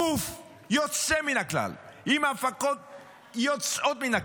גוף יוצא מן הכלל, עם הפקות יוצאות מן הכלל,